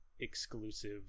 exclusive